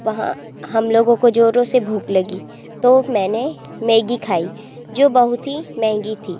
वहाँ हम लोगों को जोरों से भूख लगी तो मैंने मैगी खाई जो बहुत ही महँगी थी